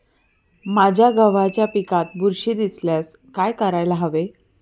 माझ्या गव्हाच्या पिकात बुरशी दिसल्यास काय करायला हवे?